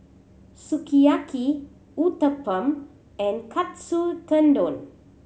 Sukiyaki Uthapam and Katsu Tendon